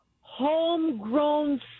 homegrown